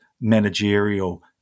managerial